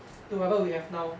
to whatever we have now